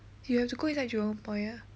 you have to go inside jurong point ah